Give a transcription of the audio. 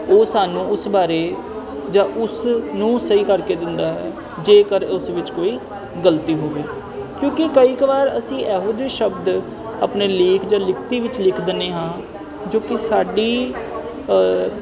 ਉਹ ਸਾਨੂੰ ਉਸ ਬਾਰੇ ਜਾਂ ਉਸ ਨੂੰ ਸਹੀ ਕਰਕੇ ਦਿੰਦਾ ਹੈ ਜੇਕਰ ਉਸ ਵਿੱਚ ਕੋਈ ਗਲਤੀ ਹੋਵੇ ਕਿਉਂਕਿ ਕਈ ਕੁ ਵਾਰ ਅਸੀਂ ਇਹੋ ਜਿਹੇ ਸ਼ਬਦ ਆਪਣੇ ਲੇਖ ਜਾਂ ਲਿਖਤੀ ਵਿੱਚ ਲਿਖ ਦਿੰਦੇ ਹਾਂ ਜੋ ਕਿ ਸਾਡੀ